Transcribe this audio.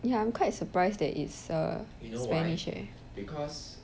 ya I'm quite surprised that it's err spanish leh